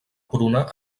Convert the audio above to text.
pruna